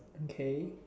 K